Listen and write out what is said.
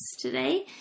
today